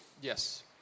yes